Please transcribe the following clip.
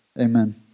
amen